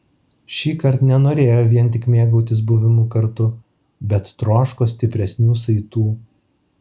šįkart nenorėjo vien tik mėgautis buvimu kartu bet troško stipresnių saitų